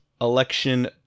election